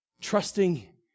Trusting